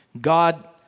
God